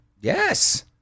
Yes